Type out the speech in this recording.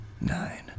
nine